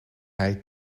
hij